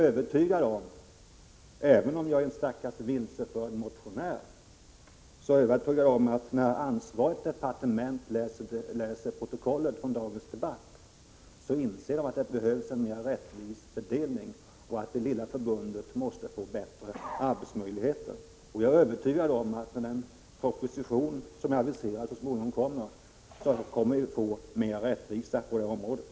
Även om jag är en stackars vilseförd motionär, så är jag övertygad om att man, när man på ansvarigt departement läser protokollet från dagens debatt, inser att det behövs en mer rättvis fördelning, att det lilla förbundet måste få bättre arbetsmöjligheter. Och jag är övertygad om att vi, när den aviserade propositionen så småningom läggs fram, kommer att få mer rättvisa på det här området.